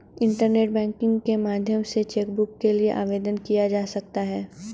internet banking के माध्यम से चैकबुक के लिए आवेदन दिया जा सकता है